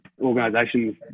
organizations